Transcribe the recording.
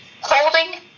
holding